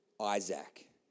Isaac